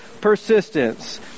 persistence